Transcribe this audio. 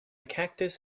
cactus